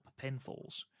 pinfalls